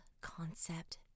concept